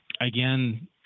Again